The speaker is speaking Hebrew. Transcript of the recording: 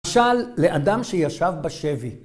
‫למשל לאדם שישב בשבי.